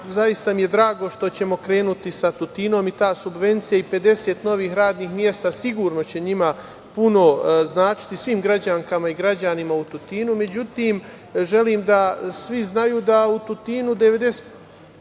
Zaista mi je drago što ćemo krenuti sa Tutinom i ta subvencija i 50 novih radnih mesta, sigurno će njima puno značiti, svim građankama i građanima u